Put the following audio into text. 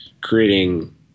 creating